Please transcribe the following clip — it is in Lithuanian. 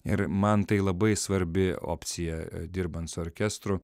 ir man tai labai svarbi opcija dirbant su orkestru